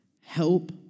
Help